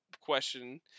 question